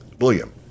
William